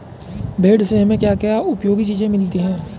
भेड़ से हमें क्या क्या उपयोगी चीजें मिलती हैं?